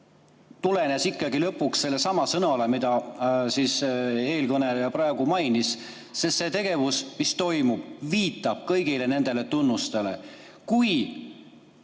tulenes ikkagi lõpuks sellestsamast sõnast, mida eelkõneleja mainis, sest see tegevus, mis toimub, viitab kõigile nendele tunnustele. Kui